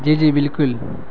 جی جی بالکل